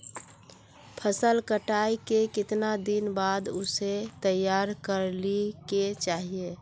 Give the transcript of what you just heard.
फसल कटाई के कीतना दिन बाद उसे तैयार कर ली के चाहिए?